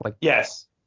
Yes